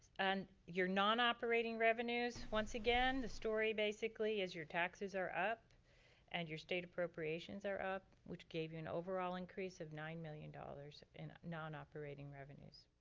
and your non-operating revenues once again, the story basically is your taxes are up and your state appropriations are up which gave you an overall increase of nine million dollars in non-operating revenues.